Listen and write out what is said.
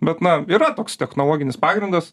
bet na yra toks technologinis pagrindas